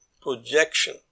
projection